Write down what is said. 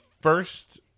first